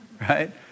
Right